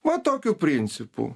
va tokiu principu